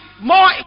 more